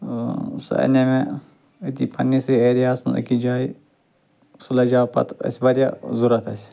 ٲں سُہ اَنیٛاو مےٚ أتی پَننسٕے ایریا ہَس مَنٛز أکِس جایہِ سُہ لَجیٛاو پَتہٕ اسہِ واریاہ ضروٗرت اسہِ